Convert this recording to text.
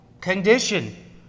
condition